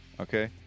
okay